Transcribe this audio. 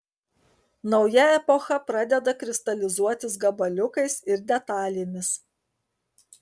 nauja epocha pradeda kristalizuotis gabaliukais ir detalėmis